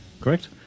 Correct